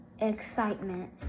excitement